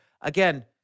again